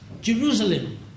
Jerusalem